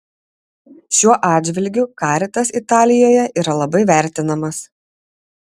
šiuo atžvilgiu caritas italijoje yra labai vertinamas